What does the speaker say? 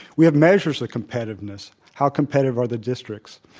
we have measures of competitiveness. how competitive are the districts?